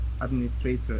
administrator